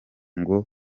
ngo